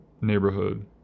neighborhood